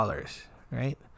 right